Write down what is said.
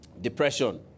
depression